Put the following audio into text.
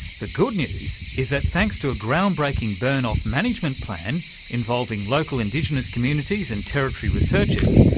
the good news is that thanks to a ground-breaking burn-off management plan involving local indigenous communities and territory researchers,